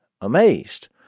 amazed